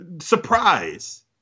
surprise